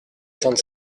cinq